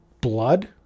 blood